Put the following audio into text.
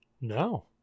No